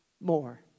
more